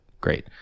Great